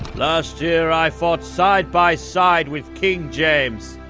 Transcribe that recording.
last year, i fought side by side with king james.